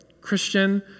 Christian